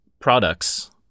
products